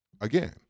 again